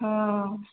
ହଁ